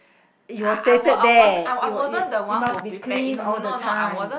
it was stated there it was it must be clean all the time